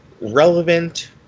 relevant